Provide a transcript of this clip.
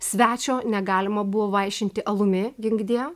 svečio negalima buvo vaišinti alumi ginkdie